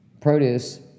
produce